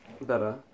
Better